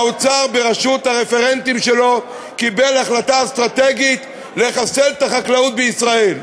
האוצר בראשות הרפרנטים שלו קיבל החלטה אסטרטגית לחסל את החקלאות בישראל.